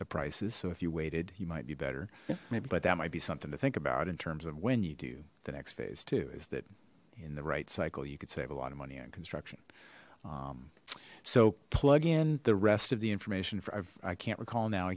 the prices so if you waited you might be better maybe but that might be something to think about in terms of when you do the next phase is that in the right cycle you could save a lot of money on construction so plug in the rest of the information i can't recall now a